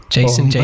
Jason